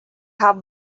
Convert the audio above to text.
haw